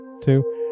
Two